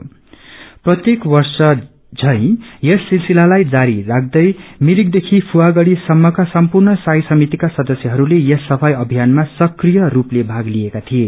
समितिले प्रत्येक वर्ष ब्रै यस सिलसितालाई जारी रख्दै मिरिकदेखि फुवागढ़ी सम्मका सम्पूर्ण साई समितिका सदस्यहरूले यस सफ्राई अभियनमा सक्रिय रूपले भाग लिएका थिए